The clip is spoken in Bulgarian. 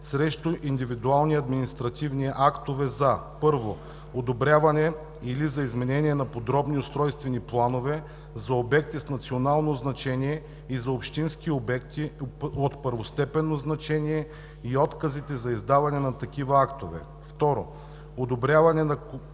срещу индивидуални административни актове за: 1. одобряване или за изменение на подробни устройствени планове за обекти с национално значение и за общински обекти от първостепенно значение и отказите за издаване на такива актове; 2. одобряване на